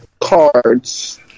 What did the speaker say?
Cards